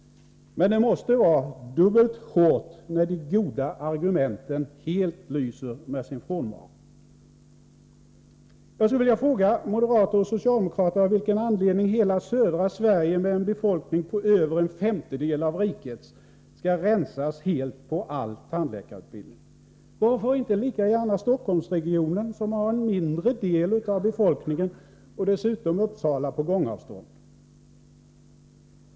Men det måste vara dubbelt hårt när de goda argumenten helt lyser med sin frånvaro. Jag skulle vilja fråga moderater och socialdemokrater av vilken anledning hela södra Sverige med en befolkning på över en femtedel av rikets helt skall rensas på all tandläkarutbildning. Varför inte lika gärna Stockholmsregionen, som har en mindre andel av befolkningen och dessutom Uppsala på gångavstånd?